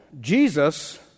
Jesus